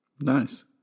Nice